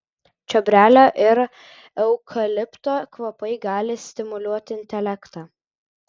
čiobrelio ir eukalipto kvapai gali stimuliuoti intelektą